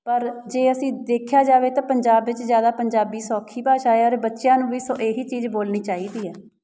ਪਰ ਜੇ ਅਸੀਂ ਦੇਖਿਆ ਜਾਵੇ ਤਾਂ ਪੰਜਾਬ ਵਿੱਚ ਜ਼ਿਆਦਾ ਪੰਜਾਬੀ ਸੌਖੀ ਭਾਸ਼ਾ ਆ ਔਰ ਬੱਚਿਆਂ ਨੂੰ ਵੀ ਸੋ ਇਹੀ ਚੀਜ਼ ਬੋਲਣੀ ਚਾਹੀਦੀ ਹੈ